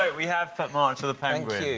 we have put march of the penguins.